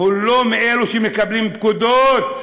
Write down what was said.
הוא לא מאלה שמקבלים פקודות.